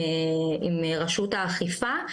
עם רשות האכיפה,